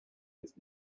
with